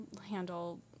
handle